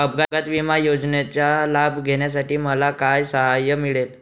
अपघात विमा योजनेचा लाभ घेण्यासाठी मला काय सहाय्य मिळेल?